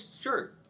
sure